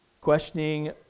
questioning